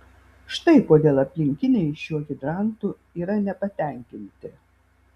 štai kodėl aplinkiniai šiuo hidrantu yra nepatenkinti